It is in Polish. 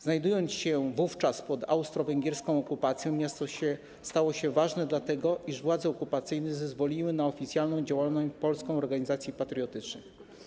Znajdujące się wówczas pod austro-węgierską okupacją miasto stało się ważne, dlatego że władze okupacyjne zezwoliły na oficjalną działalność polskich organizacji patriotycznych.